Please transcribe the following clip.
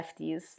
lefties